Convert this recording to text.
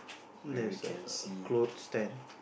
there's a clothes stand